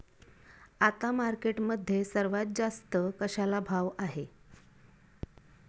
आता मार्केटमध्ये सर्वात जास्त कशाला भाव आहे?